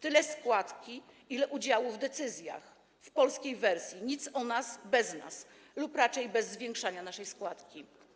tyle składki, ile udziału w decyzjach, a w polskiej wersji: nic o nas bez nas, lub raczej bez zwiększania naszej składki.